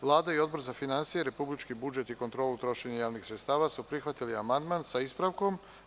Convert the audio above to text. Vlada i Odbor za finansije, republički budžet i kontrolu trošenja javnih sredstava su prihvatili amandman sa ispravkom.